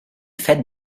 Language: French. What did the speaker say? fêtes